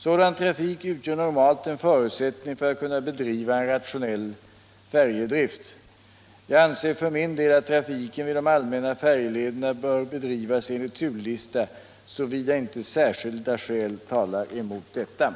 Sådan trafik utgör Torsdagen den normalt en förutsättning för att kunna bedriva en rationell färjdrift. Jag 25 november 1976 anser för min del att trafiken vid de allmänna färjlederna bör bedrivas